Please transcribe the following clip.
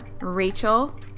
Rachel